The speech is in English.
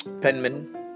Penman